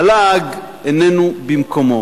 הלעג איננו במקומו